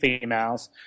females